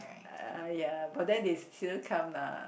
ya but then they still come lah